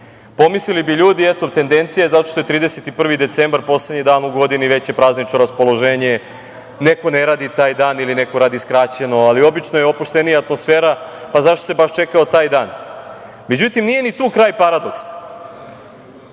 godine. Pomislili bi ljudi, eto, tendencija je zato što je 31. decembar poslednji dan u godini, veće praznično raspoloženje, neko ne radi taj dan ili neko radi skraćeno, ali obično je opuštenija atmosfera, pa zašto se baš čekao taj dan? Međutim, nije ni tu kraj paradoksa.